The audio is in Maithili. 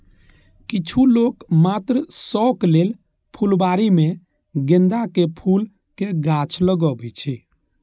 किछु लोक मात्र शौक लेल फुलबाड़ी मे गेंदाक फूलक गाछ लगबै छै